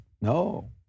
no